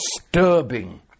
disturbing